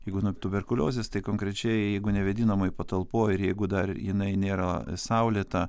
jeigu nuo tuberkuliozės tai konkrečiai jeigu nevėdinamoj patalpoj ir jeigu dar jinai nėra saulėta